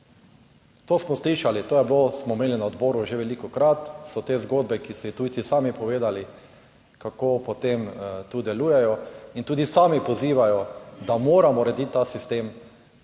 To smo slišali, to je bilo, smo imeli na odboru že velikokrat. So te zgodbe, ki so jih tujci sami povedali, kako potem tu delujejo. In tudi sami pozivajo, da moramo urediti ta sistem k temu,